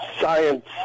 science